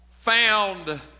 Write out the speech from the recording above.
found